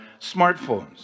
smartphones